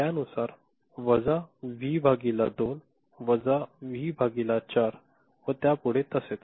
त्यानुसार वजा व्ही भागिले 2 वजा व्ही 4 व त्या पुढे तसेच